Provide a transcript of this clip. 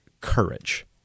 courage